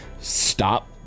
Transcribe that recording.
stop